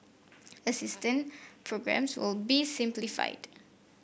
assistance programmes will be simplified